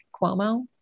Cuomo